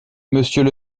monsieur